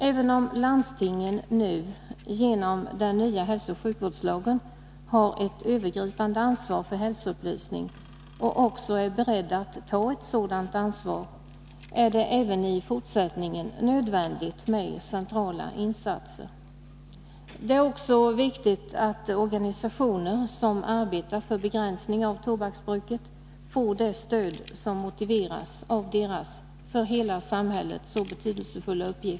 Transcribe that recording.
Även om landstingen nu, genom den nya hälsooch sjukvårdslagen, har ett övergripande ansvar för hälsoupplysning — och också är beredda att ta ett sådant ansvar — är det även i fortsättningen nödvändigt med centrala insatser. Det är också viktigt att organisationer som arbetar för begränsning av tobaksbruket får det stöd som motiveras av deras för hela samhället så betydelsefulla uppgifter.